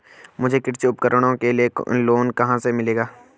मुझे कृषि उपकरणों के लिए लोन कहाँ से मिलेगा?